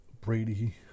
Brady